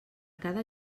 cada